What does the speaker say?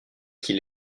qu’il